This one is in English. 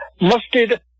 mustard